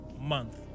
month